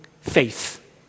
faith